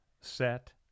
set